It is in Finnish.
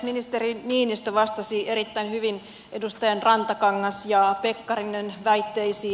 ministeri niinistö vastasi erittäin hyvin edustajien rantakangas ja pekkarinen väitteisiin